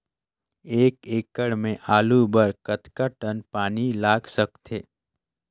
एक एकड़ के आलू बर कतका टन पानी लाग सकथे?